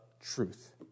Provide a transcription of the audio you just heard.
truth